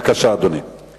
אדוני, בבקשה.